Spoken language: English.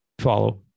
follow